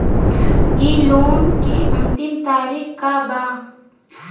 इ लोन के अन्तिम तारीख का बा?